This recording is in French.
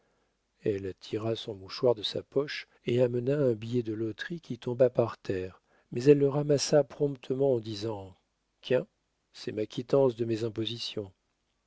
elle tira son mouchoir de sa poche et amena un billet de loterie qui tomba par terre mais elle le ramassa promptement en disant quien c'est ma quittance de mes impositions